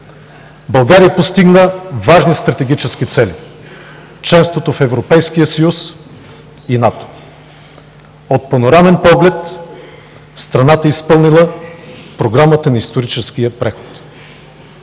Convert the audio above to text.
България постигна важни стратегически цели: членството в Европейския съюз и НАТО. От панорамен поглед страната е изпълнила програмата на историческия преход,